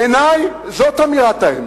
בעיני זאת אמירת האמת,